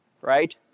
Right